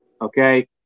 Okay